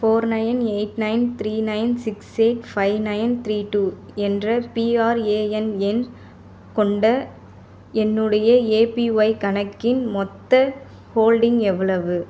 four nine eight nine three nine six eight five nine three two என்ற PRAN எண் கொண்ட என்னுடைய APY கணக்கின் மொத்த ஹோல்டிங் எவ்வளவு